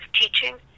teaching